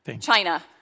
China